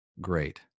great